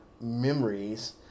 memories